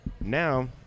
Now